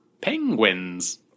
Penguins